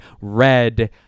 red